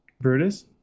Brutus